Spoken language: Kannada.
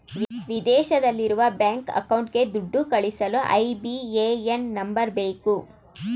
ವಿದೇಶದಲ್ಲಿರುವ ಬ್ಯಾಂಕ್ ಅಕೌಂಟ್ಗೆ ದುಡ್ಡು ಕಳಿಸಲು ಐ.ಬಿ.ಎ.ಎನ್ ನಂಬರ್ ಬೇಕು